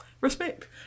respect